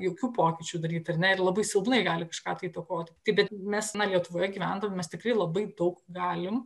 jokių pokyčių daryti ar ne ir labai silpnai gali kažką tai įtakoti tai bet mes na lietuvoje gyvendami mes tikrai labai daug galim